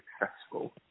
successful